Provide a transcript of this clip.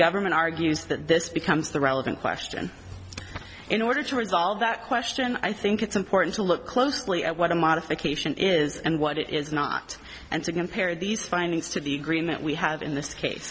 government argues that this becomes the relevant question in order to resolve that question i think it's important to look closely at what a modification is and what it is not and to compare these findings to the agreement we have in this case